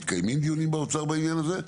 מתקיימים דיונים באוצר בעניין הזה.